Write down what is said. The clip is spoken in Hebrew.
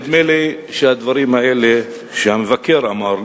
נדמה לי שהדברים האלה שהמבקר אמר,